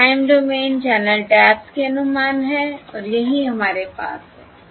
ये time domain channel taps के अनुमान हैं और यही हमारे पास हैं